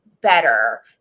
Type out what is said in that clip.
better